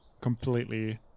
completely